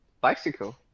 Bicycle